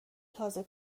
تازه